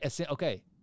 Okay